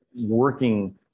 working